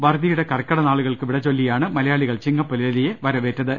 വറുതിയുടെ കർക്കിടകനാളുകൾക്ക് വിടചൊല്ലിയാണ് മലയാളികൾ ചിങ്ങപ്പുലരിയെ വരവേറ്റത്